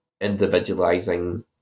individualizing